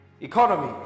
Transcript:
Economy